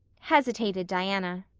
hesitated diana,